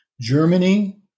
Germany